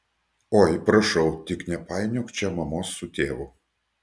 oi prašau tik nepainiok čia mamos su tėvu